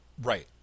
right